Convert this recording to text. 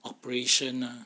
operation ah